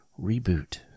reboot